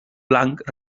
blanc